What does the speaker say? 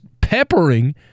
peppering